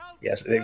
yes